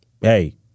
hey